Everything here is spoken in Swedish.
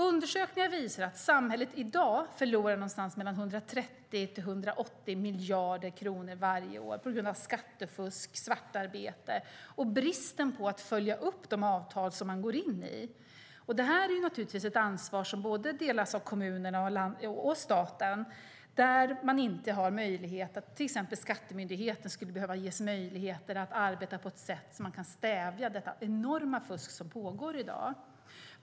Undersökningar visar att samhället förlorar mellan 130 och 180 miljarder kronor varje år på grund av skattefusk och svartarbete och bristen när det gäller att följa upp de avtal som man går in i. Det här är naturligtvis ett ansvar som delas av kommunerna och staten. Till exempel Skatteverket skulle behöva ges möjlighet att arbeta på ett sådant sätt att man kan stävja detta enorma fusk som pågår i dag.